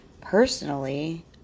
Personally